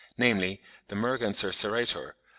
namely the merganser serrator,